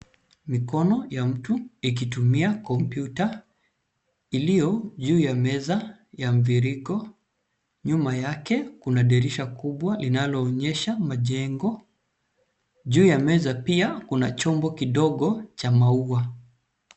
Mikono ya mtu ikitumia kompyuta iliyo juu ya meza ya mviringo. Nyuma yake kuna dirisha kubwa linaloonyesha majengo. Juu ya meza pia kuna chombo kidogo cha maua.